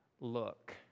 look